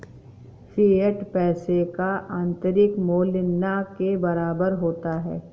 fiat पैसे का आंतरिक मूल्य न के बराबर होता है